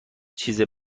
چیزی